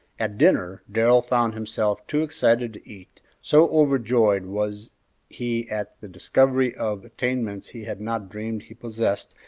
at dinner darrell found himself too excited to eat, so overjoyed was he at the discovery of attainments he had not dreamed he possessed,